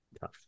Tough